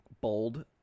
bold